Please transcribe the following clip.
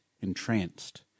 entranced